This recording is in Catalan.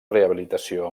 rehabilitació